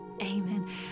amen